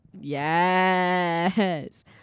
Yes